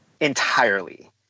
entirely